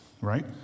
right